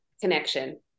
connection